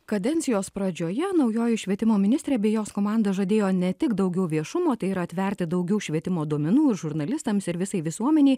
kadencijos pradžioje naujoji švietimo ministrė bei jos komanda žadėjo ne tik daugiau viešumo tai yra atverti daugiau švietimo duomenų ir žurnalistams ir visai visuomenei